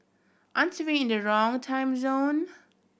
aren't we in the wrong time zone